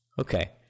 Okay